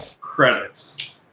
Credits